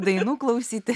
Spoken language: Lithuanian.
dainų klausyti